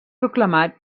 proclamat